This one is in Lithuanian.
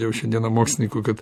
jau šiandieną mokslininkų kad